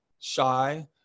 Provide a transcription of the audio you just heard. shy